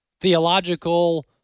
theological